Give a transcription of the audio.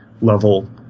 level